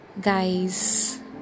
guys